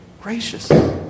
gracious